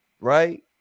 right